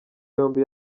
yombi